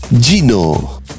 Gino